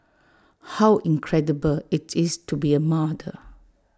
how incredible IT is to be A mother